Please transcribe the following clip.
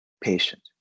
patient